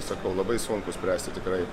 sakau labai sunku spręsti tikrai